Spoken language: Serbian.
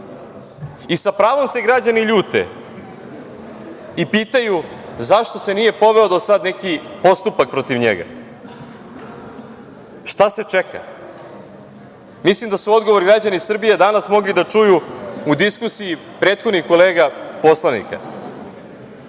Sa pravom se građani ljute i pitaju - zašto se nije poveo do sada neki postupak protiv njega? Šta se čeka? Mislim da su odgovore građani Srbije mogli da čuju u diskusiji prethodnih kolega poslanika. Nakon